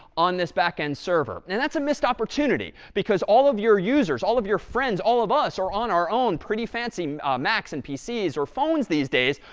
on this backend server. and and that's a missed opportunity, because all of your users, all of your friends, all of us are on our own pretty fancy macs and pcs or phones these days.